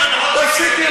תפסיקי.